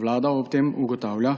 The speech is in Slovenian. Vlada ob tem ugotavlja,